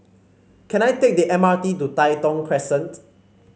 can I take the M R T to Tai Thong Crescent